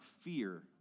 fear